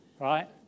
Right